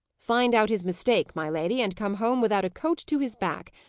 find out his mistake, my lady, and come home without a coat to his back,